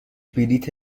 بلیت